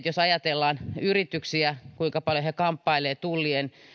jos ajatellaan yrityksiä ja sitä kuinka paljon he kamppailevat tullien